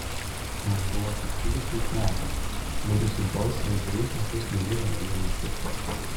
man buvo tik dvidešimt metų mudu su džoise jau dvejus metus mylėjome vienas kitą